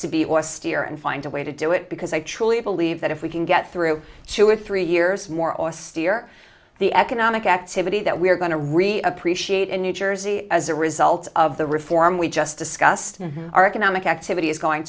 to be or a steer and find a way to do it because i truly believe that if we can get through two or three years more or a steer the economic activity that we're going to really appreciate in new jersey as a result of the reform we just discussed in our economic activity is going